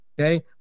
okay